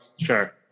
Sure